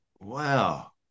Wow